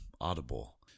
audible